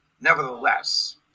Nevertheless